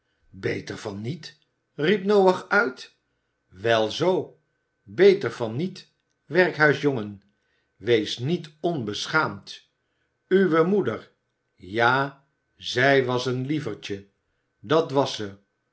beter van niet riep noach uit wel zoo beter van niet werkhuisjongen wees niet onbeschaamd uwe moeder ja zij was een lie verfje dat was ze